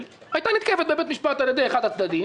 הייתה מותקפת בבית המשפט על ידי אחד הצדדים